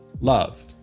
Love